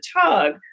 tug